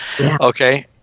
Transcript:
Okay